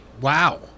Wow